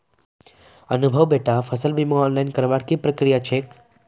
अनुभव बेटा फसल बीमा ऑनलाइन करवार की प्रक्रिया छेक